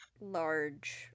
large